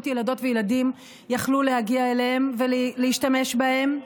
ילדות וילדים יכלו להגיע אליהן ולהשתמש בהן.